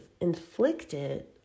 inflicted